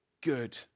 good